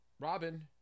Robin